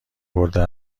برده